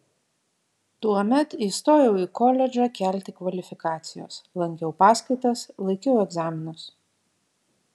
tuomet įstojau į koledžą kelti kvalifikacijos lankiau paskaitas laikiau egzaminus